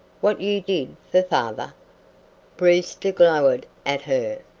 what you did for father brewster glowered at her,